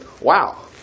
Wow